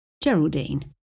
Geraldine